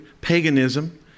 paganism